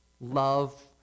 love